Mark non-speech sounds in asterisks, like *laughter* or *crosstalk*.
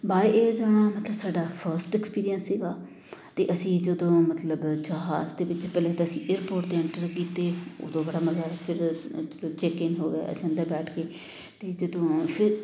bye air ਜਾਣਾ ਮਤਲਬ ਸਾਡਾ ਫਸਟ ਐਕਸਪੀਰੀਅਸ ਸੀਗਾ ਅਤੇ ਅਸੀਂ ਜਦੋਂ ਮਤਲਬ ਜਹਾਜ ਦੇ ਵਿੱਚ ਪਹਿਲਾਂ ਤਾਂ ਅਸੀਂ ਏਅਰਪੋਰਟ 'ਤੇ ਐਂਟਰ ਕੀਤੇ ਉਦੋਂ *unintelligible* ਫਿਰ ਚੈਕਿਨ ਹੋ ਗਿਆ ਅਸੀਂ ਅੰਦਰ ਬੈਠ ਗਏ ਅਤੇ ਜਦੋਂ ਫਿਰ